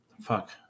Fuck